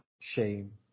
Shame